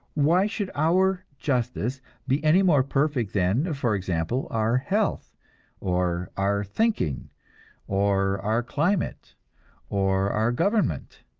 why should our justice be any more perfect than, for example, our health or our thinking or our climate or our government?